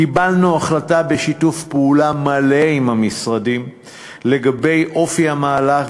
קיבלנו החלטה בשיתוף פעולה מלא עם המשרדים לגבי אופי המהלך,